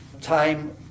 time